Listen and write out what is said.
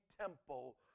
temple